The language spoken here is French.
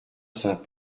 saint